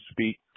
speak